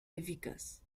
eficaz